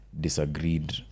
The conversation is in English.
disagreed